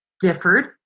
differed